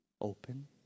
open